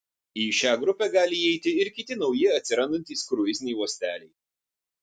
į šią grupę gali įeiti ir kiti nauji atsirandantys kruiziniai uosteliai